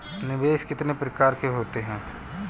निवेश कितने प्रकार के होते हैं?